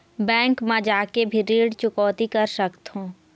Bank मा जाके भी ऋण चुकौती कर सकथों?